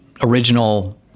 original